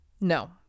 No